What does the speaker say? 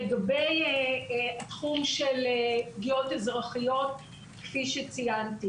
לגבי התחום של פגיעות אזרחיות כפי שציינתי